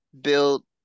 build